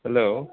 hello